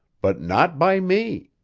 but not by me.